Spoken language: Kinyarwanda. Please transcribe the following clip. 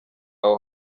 aho